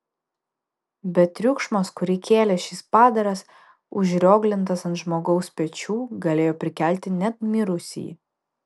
bet triukšmas kurį kėlė šis padaras užrioglintas ant žmogaus pečių galėjo prikelti net mirusįjį